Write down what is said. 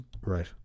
Right